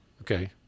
okay